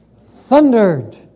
thundered